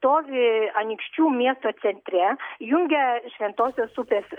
stovi anykščių miesto centre jungia šventosios upės